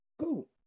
cool